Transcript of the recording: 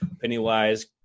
pennywise